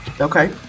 okay